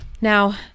Now